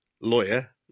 lawyer